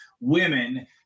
women